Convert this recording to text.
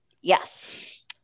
Yes